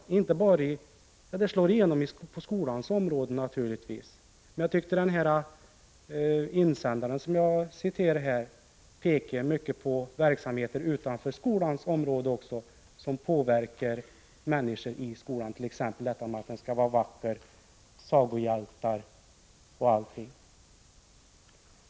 Denna elitism slår naturligtvis igenom på skolans område, men i den insändare som jag citerade pekar man även på företeelser utanför skolans område som påverkar människor i skolan, t.ex. sagohjältar och föreställningar om att man skall vara vacker.